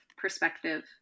perspective